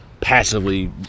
passively